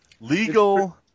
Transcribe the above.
Legal